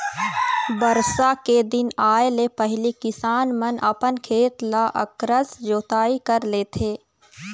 बरसा के दिन आए ले पहिली किसान मन अपन खेत ल अकरस जोतई कर लेथे